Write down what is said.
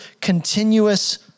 continuous